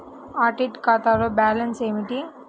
Audit ఖాతాలో balance ఏమిటీ?